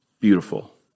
beautiful